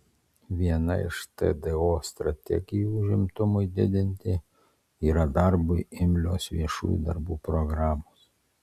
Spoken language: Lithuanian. viena iš tdo strategijų užimtumui didinti yra darbui imlios viešųjų darbų programos